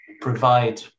provide